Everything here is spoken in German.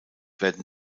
werden